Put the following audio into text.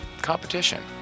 competition